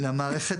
למערכת